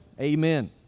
Amen